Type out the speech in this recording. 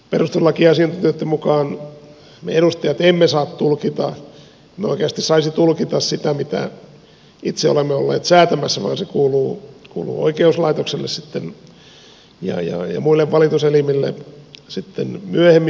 perustuslakiasiantuntijoitten mukaan me edustajat emme saa tulkita emme oikeasti saisi tulkita sitä mitä itse olemme olleet säätämässä vaan se kuuluu oikeuslaitokselle ja muille valituselimille sitten myöhemmin